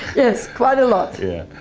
yes, quite a lot. yeah.